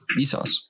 Vsauce